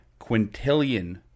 quintillion